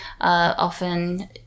often